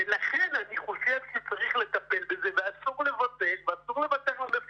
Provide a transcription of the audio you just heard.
לכן אני חושב שצריך לטפל בזה ואסור לוותר למפקדים.